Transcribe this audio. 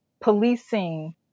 policing